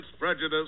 prejudice